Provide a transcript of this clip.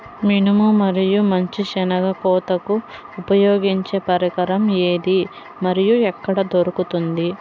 మినుము మరియు మంచి శెనగ కోతకు ఉపయోగించే పరికరం ఏది మరియు ఎక్కడ దొరుకుతుంది?